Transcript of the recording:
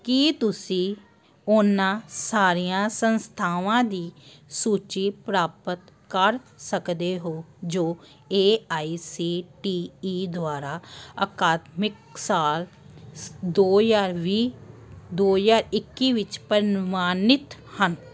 ਕੀ ਤੁਸੀਂ ਉਹਨਾਂ ਸਾਰੀਆਂ ਸੰਸਥਾਵਾਂ ਦੀ ਸੂਚੀ ਪ੍ਰਾਪਤ ਕਰ ਸਕਦੇ ਹੋ ਜੋ A I C T E ਦੁਆਰਾ ਅਕਾਦਮਿਕ ਸਾਲ ਦੋ ਹਜ਼ਾਰ ਵੀਹ ਦੋ ਹਜ਼ਾਰ ਇੱਕੀ ਵਿੱਚ ਪ੍ਰਮਾਣਿਤ ਹਨ